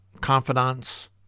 confidants